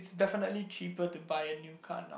it's definitely cheaper to buy a new car now